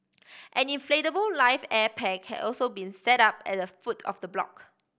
an inflatable life air pack had also been set up at the foot of the block